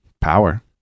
Power